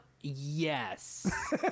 Yes